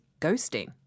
ghosting